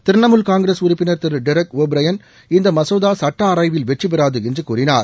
திரிணாமுல் காங்கிரஸ் உறுப்பினர் திரு டெரக் ஒபிரையன் இந்த மசோதா சுட்ட ஆராய்வில் வெற்றிபெறாது என்று கூறினார்